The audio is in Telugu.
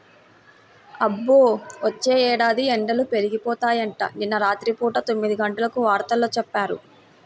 అబ్బో, వచ్చే ఏడాది ఎండలు పేలిపోతాయంట, నిన్న రాత్రి పూట తొమ్మిదిగంటల వార్తల్లో చెప్పారు